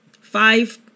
five